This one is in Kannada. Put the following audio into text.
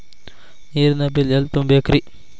ನೇರಿನ ಬಿಲ್ ಎಲ್ಲ ತುಂಬೇಕ್ರಿ?